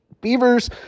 beavers